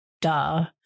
duh